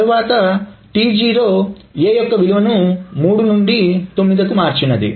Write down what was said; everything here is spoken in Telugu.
వ్రాత T0 A 3 9 T0 A యొక్క విలువను 3 నుండి 9 మార్చింది